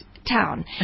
town